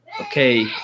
okay